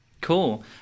Cool